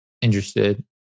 interested